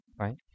right